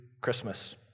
Christmas